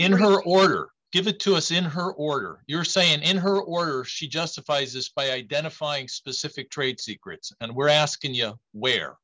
in her order give it to us in her order you're saying in her order she justifies this by identifying specific traits secrets and we're asking y